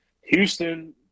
Houston